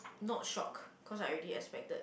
not shocked cause I already expected